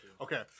Okay